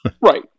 Right